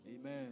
Amen